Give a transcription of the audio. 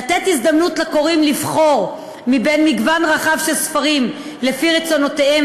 לתת הזדמנות לקוראים לבחור ממגוון רחב של ספרים לפי רצונותיהם